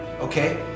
okay